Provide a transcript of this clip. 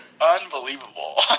unbelievable